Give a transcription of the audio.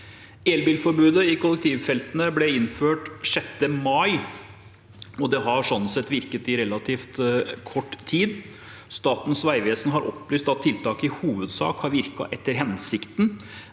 Elbilforbudet i kollektivfeltene ble innført 6. mai. Det har sånn sett virket i relativt kort tid. Statens vegvesen har opplyst at tiltak i hovedsak har virket etter hensikten,